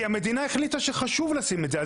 כי המדינה החליטה שחשוב לשים את זה.